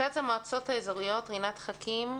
רינת חכים,